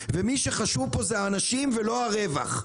ומי שחשוב זה האנשים ולא הרווח.